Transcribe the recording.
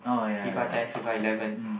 FIFA ten FIFA eleven